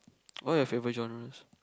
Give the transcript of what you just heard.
what are your favourite genres